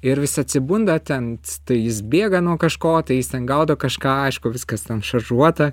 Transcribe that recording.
ir vis atsibunda ten tai jis bėga nuo kažko tai jis ten gaudo kažką aišku viskas šažuota